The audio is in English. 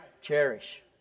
Cherish